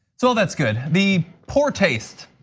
so that's good. the poor taste.